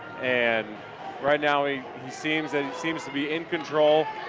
and right now he seems and seems to be in control.